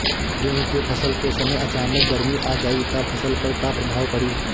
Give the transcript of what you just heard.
गेहुँ के फसल के समय अचानक गर्मी आ जाई त फसल पर का प्रभाव पड़ी?